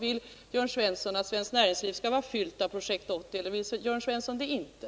Vill Jörn Svensson att svenskt näringsliv skall vara fyllt av ”Projekt 80” eller vill Jörn Svensson det inte?